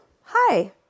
hi